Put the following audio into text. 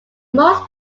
most